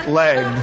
leg